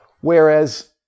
Whereas